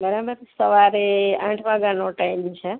બરાબર સવારે આઠ વાગ્યાનો ટાઈમ છે